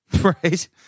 right